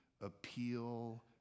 appeal